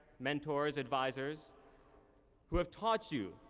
mentors, advisors who have taught you,